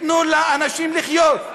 תנו לאנשים לחיות.